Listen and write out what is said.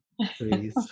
please